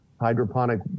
hydroponic